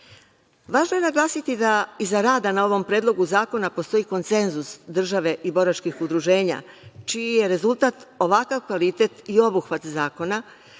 ratu. Važno je naglasiti da iza rada na ovom predlogu zakona postoji konsenzus države i boračkih udruženja čiji je rezultat ovakav kvalitet i obuhvat zakona